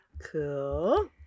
cool